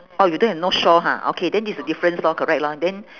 oh you don't have north shore ha okay then this is the difference lor correct lor then